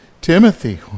Timothy